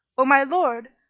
o my lord!